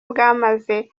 bwamaze